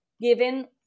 given